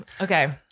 Okay